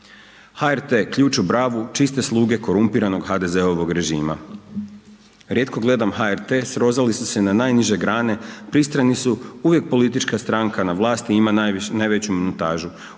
HRT ključ u bravu čiste sluge korumpiranog HDZ-ovog režima. Rijetko gledam HRT srozali su se na najniže grane, pristrani su, uvijek politička stranka na vlasti ima najveću montažu,